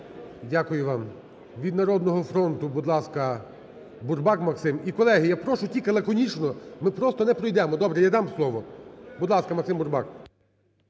Дякую вам. Від "Народного фронту", будь ласка, Бурбак Максим. І, колеги, я прошу тільки лаконічно, ми просто не пройдемо. Добре, я дам слово. Будь ласка, Максим Бурбак.